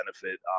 benefit